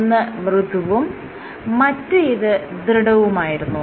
ഒന്ന് മൃദുവും മറ്റേത് ദൃഢവുമായിരുന്നു